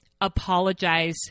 apologize